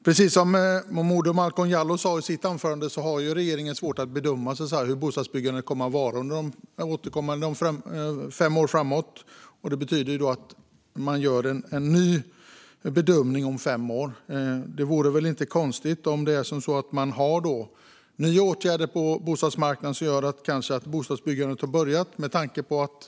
Precis som Malcolm Momodou Jallow har regeringen svårt att bedöma hur bostadsbyggandet kommer att vara under fem år framöver, och det betyder alltså att man gör en ny bedömning om fem år. Det vore inte konstigt om man då hade nya åtgärder på bostadsmarknaden som kanske gör att bostadsbyggandet börjar ta fart igen.